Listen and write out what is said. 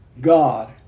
God